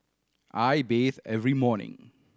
I bathe every morning